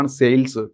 sales